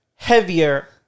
heavier